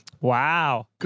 Wow